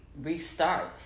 restart